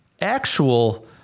actual